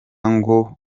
ngo